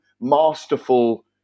masterful